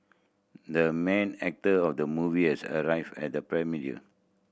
the main actor of the movie has arrived at the premiere